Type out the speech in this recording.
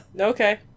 Okay